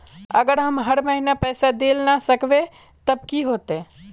अगर हम हर महीना पैसा देल ला न सकवे तब की होते?